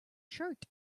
shirt